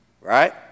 Right